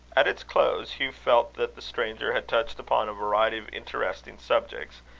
at its close, hugh felt that the stranger had touched upon a variety of interesting subjects,